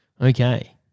Okay